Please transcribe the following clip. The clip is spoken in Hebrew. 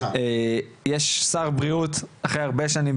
יש שר בריאות אחרי הרבה שנים,